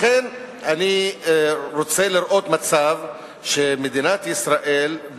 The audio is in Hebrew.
לכן אני רוצה לראות מצב שמדינת ישראל,